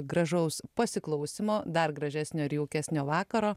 gražaus pasiklausymo dar gražesnio ir jaukesnio vakaro